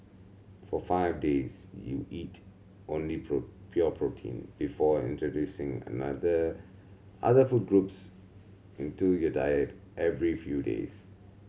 for five days you eat only pure protein before introducing another other food groups into your diet every few days